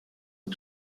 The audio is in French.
est